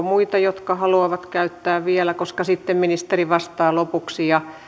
muita jotka haluavat vielä käyttää koska sitten ministeri vastaa lopuksi ja